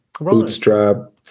Bootstrap